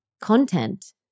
content